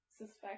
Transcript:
suspect